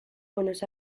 buenos